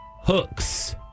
Hooks